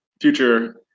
future